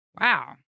Wow